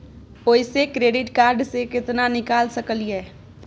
ओयसे credit card से केतना निकाल सकलियै?